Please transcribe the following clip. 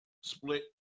split